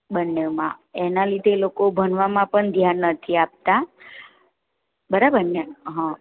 બંનેમાં એના લીધે એ લોકો ભણવામાં પણ ધ્યાન નથી આપતાં બરાબરને હં